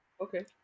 Okay